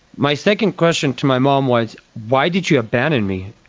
my second question to my mom was why did you abandon me?